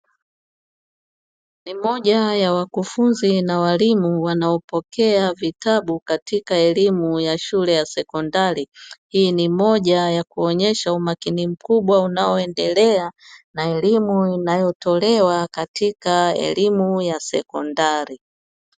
Ni moja ya wakufunzi na walimu wanaopokea vitabu katika elimu ya shule ya sekondari. Hii ni moja ya kuonyesha umakini mkubwa unaoendelea na elimu inayotolewa katika elimu ya sekondari.